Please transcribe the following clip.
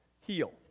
heal